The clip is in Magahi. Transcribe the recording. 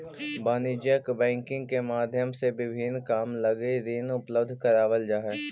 वाणिज्यिक बैंकिंग के माध्यम से विभिन्न काम लगी ऋण उपलब्ध करावल जा हइ